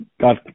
God